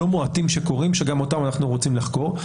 לא מועטים שקורים שגם אותם אנחנו רוצים לחקור.